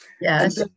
Yes